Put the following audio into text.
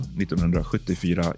1974